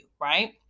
Right